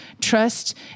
trust